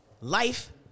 Life